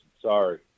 Sorry